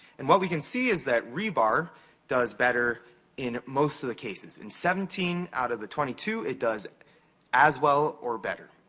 and what we can see is that rebar does better in most of the cases. in seventeen out of the twenty two, it does as well or better.